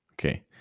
Okay